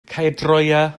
caerdroea